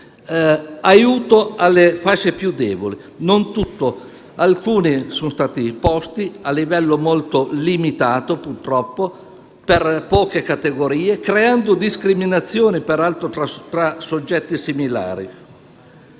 aiutare le fasce più deboli. Non su tutto; alcuni sono stati posti, a livello molto limitato, purtroppo, per poche categorie, creando peraltro discriminazioni tra soggetti similari.